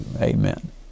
Amen